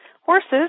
horses